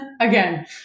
Again